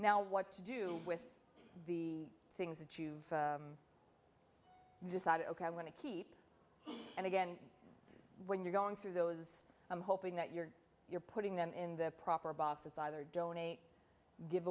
now what to do with the things that you've decided ok i'm going to keep and again when you're going through those i'm hoping that you're you're putting them in the proper box it's either donate give